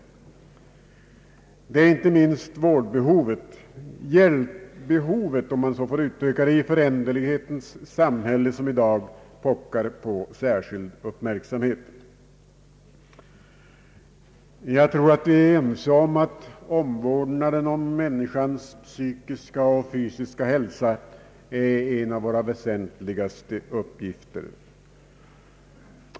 Det är inte minst vårdbehovet — eller hjälpbehovet, om man så får uttrycka det — i föränderlighetens samhälle som i dag pockar på särskild uppmärksamhet. Jag tror att vi alla anser att vården av människans fysiska och psykiska hälsa är en av våra väsentligaste uppgifter.